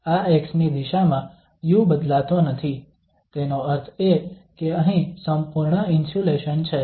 આ x ની દિશામાં u બદલાતો નથી તેનો અર્થ એ કે અહીં સંપૂર્ણ ઇન્સ્યુલેશન છે